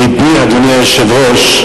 "לבי", אדוני היושב-ראש,